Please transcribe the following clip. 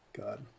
God